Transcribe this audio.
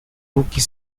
rookie